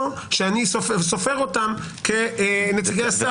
או שאני סופר אותם כנציגי השר.